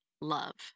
love